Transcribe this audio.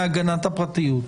הפרטיות,